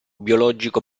biologico